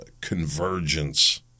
convergence